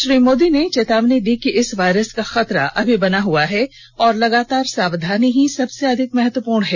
श्री मोदी ने चेतावनी दी कि इस वायरस का खतरा अभी बना हुआ है और लगातार सावधानी ही सबसे अधिक महत्वपूर्ण है